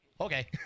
Okay